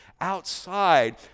outside